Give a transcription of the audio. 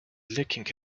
looking